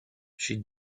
she